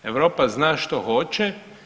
Europa zna što hoće.